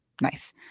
nice